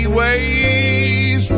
ways